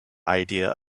idea